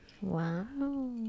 wow